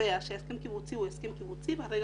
קובע שהסכם קיבוצי הוא הסכם קיבוצי ברגע